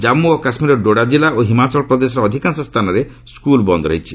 ଜାମ୍ପୁ କାଶ୍ୱୀରର ଡୋଡା ଜିଲ୍ଲା ଓ ହିମାଚଳ ପ୍ରଦେଶର ଅଧିକାଂଶ ସ୍ଥାନରେ ସ୍କୁଲ ବନ୍ଦ ରହିଛି